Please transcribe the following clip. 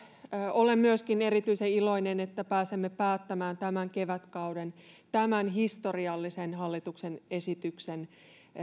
olen myöskin erityisen iloinen että pääsemme päättämään tämän kevätkauden tämän historiallisen hallituksen esityksen